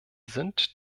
sind